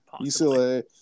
UCLA